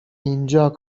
اینجا